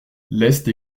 leste